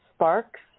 Sparks